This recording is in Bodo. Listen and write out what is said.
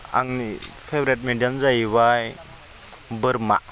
आंनि फेभरिट मिटआनो जाहैबाय बोरमा